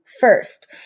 first